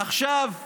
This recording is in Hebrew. עכשיו בממשלה,